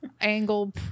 angle